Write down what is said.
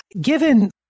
given